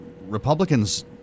Republicans